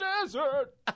desert